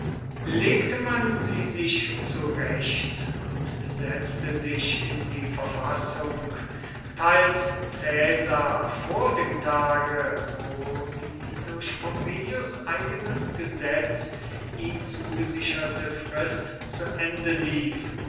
legte man sie sich zurecht und setzte sich in die verfassung teils caesar vor dem tage wo die durch pompeius eigenes gesetz ihm zugesicherte frist zu ende lief